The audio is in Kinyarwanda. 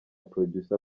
producer